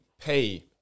pay